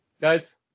guys